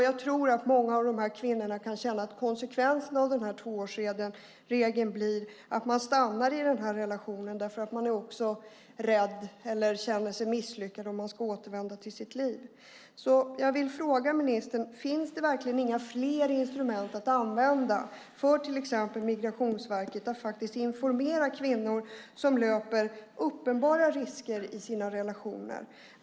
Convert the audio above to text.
Jag tror att många av de kvinnorna kan känna att konsekvensen av tvåårsregeln blir att de stannar i relationen för att de är rädda eller känner sig misslyckade om de ska återvända till sitt gamla liv. Jag vill fråga ministern: Finns det verkligen inga fler instrument att använda för till exempel Migrationsverket när det gäller att informera kvinnor som löper uppenbara risker i sina relationer?